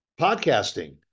podcasting